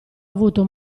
avuto